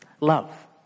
Love